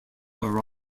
are